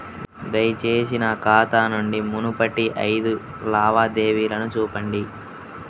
దయచేసి నా ఖాతా నుండి మునుపటి ఐదు లావాదేవీలను చూపండి